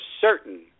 certain